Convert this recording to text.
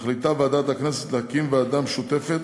מחליטה ועדת הכנסת להקים ועדה משותפת